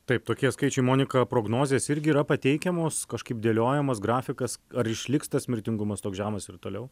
taip tokie skaičiai monika prognozės irgi yra pateikiamos kažkaip dėliojamas grafikas ar išliks tas mirtingumas toks žemas ir toliau